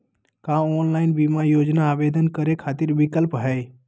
का ऑनलाइन बीमा योजना आवेदन करै खातिर विक्लप हई?